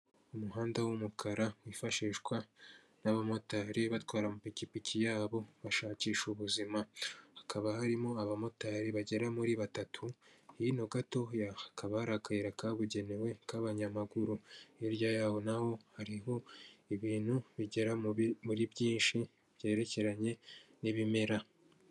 Umuhanda w'umukara wifashishwa n'abamotari batwara amapikipiki yabo bashakisha ubuzima, hakaba harimo abamotari bagera muri batatu, hino gatoya hakaba hari akayira kabugenewe k'abanyamaguru, hirya yaho naho hariho ibintu bigera mu muri byinshi byerekeranye n'ibimera.